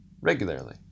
regularly